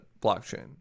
blockchain